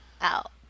Out